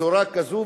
בצורה כזאת,